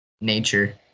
nature